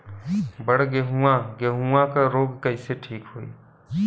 बड गेहूँवा गेहूँवा क रोग कईसे ठीक होई?